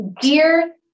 Dear